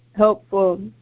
Helpful